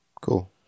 Cool